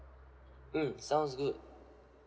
mm sounds good